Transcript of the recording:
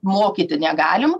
mokyti negalim